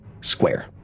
square